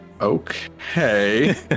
okay